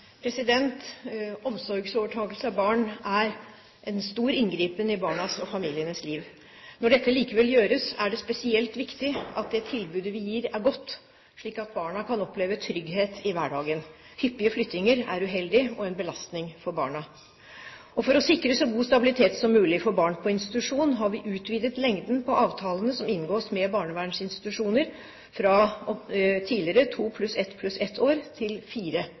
Omsorgsovertakelse av barn er en stor inngripen i barnas og familienes liv. Når dette likevel gjøres, er det spesielt viktig at tilbudet vi gir, er godt, slik at barna kan oppleve trygghet i hverdagen. Hyppige flyttinger er uheldig og en belastning for barna. For å sikre så god stabilitet som mulig for barn på institusjon har vi utvidet lengden på avtalene som inngås med barnevernsinstitusjoner, fra tidligere 2+1+1 år til 4+1+1 år. Denne utvidelsen har bidratt til